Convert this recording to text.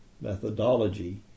methodology